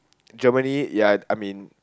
Germany ya I mean